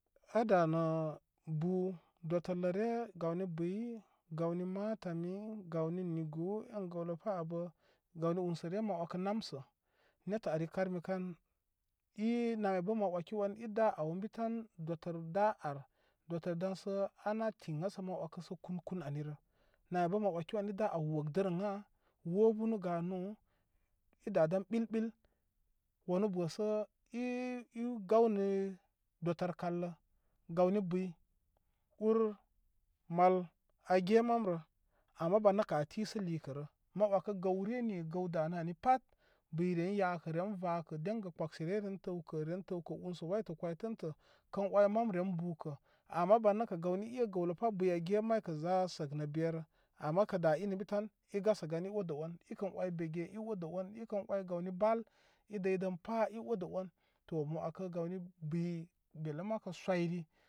A danə bu dotəlləre gawni buy gawni matamu gawni nigu en gəwlə pa abə gawni unsəre ma wəkə namsə nettə ari karmi kan inama bə ma wəki on ida ay ən bi tan dotəl da ar dotəl daŋsə ana tiŋa sə ma wəkə sə kun kun anirə nama bə ma wəki on ida aw wəkdərənna wobunu ganu ida dan ɓil ɓil wanu bə sə i gaw ni dolər kallə gawni buy ur mal age mamrə ama ban nəkə a kisə likərə ma wəkə gəwre ni gəw danə ani pat buy re yakə ren vakə deygə pəksə re ren təwkə re təwkə nusə wa etə kəy tən tə kən wəy mam ren bukə ama ban nəkə gawni e gəwləpa buy a ge maykə za sək nə berə ama kə da ini ənbi tan iodə on ikən wəy bege i odə on ikən wəy gawni bal i dəy dən pa i odə on to mə wəkə gawnibuy belle ma kə soyri.